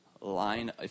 line